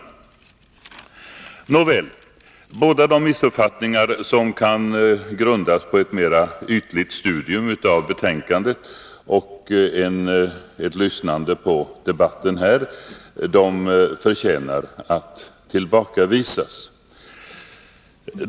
Båda missuppfattningarna, som kan grundas på ett mera ytligt studium av betänkandet och ett dåligt lyssnande på debatten här, förtjänar att tillbakavisas.